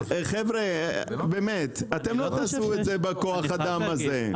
חבר'ה, באמת, אתם לא תעשו את זה בכוח אדם הזה.